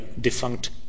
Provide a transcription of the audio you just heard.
defunct